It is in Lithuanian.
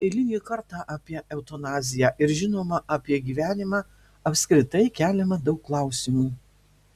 eilinį kartą apie eutanaziją ir žinoma apie gyvenimą apskritai keliama daug klausimų